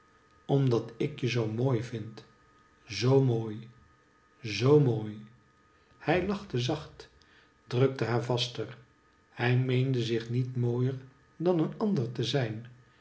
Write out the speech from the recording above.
omdat ik je zoo mooi vind zoo mooi zoo mooi hij lachte zacht drukte haar vaster hij meende zich niet mooter dan een ander te zijn